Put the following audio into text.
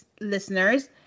listeners